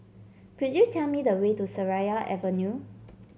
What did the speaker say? could you tell me the way to Seraya Avenue